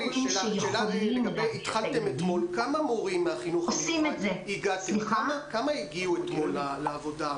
כמה מורים מהחינוך המיוחד הגיעו לעבודה?